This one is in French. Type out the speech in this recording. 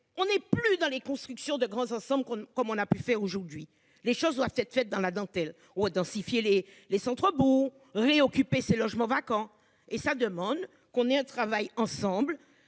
On est plus dans les constructions de grands ensembles con comme on a pu fait aujourd'hui les choses doivent être faites dans la dentelle densifier les les centres bourgs réoccupées ces logements vacants et ça demande qu'on ait un travail ensemble